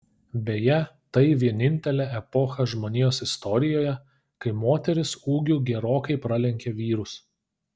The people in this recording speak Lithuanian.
beje tai vienintelė epocha žmonijos istorijoje kai moterys ūgiu gerokai pralenkė vyrus